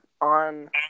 on